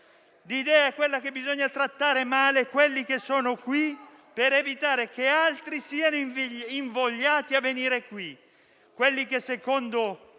L'idea è che bisogna trattare male quelli che sono qui per evitare che altri siano invogliati a venire qui. Quelli che secondo